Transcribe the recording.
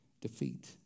defeat